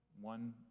one